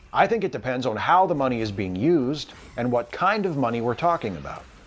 i think it depends on how the money is being used, and what kind of money we're talking about.